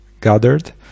gathered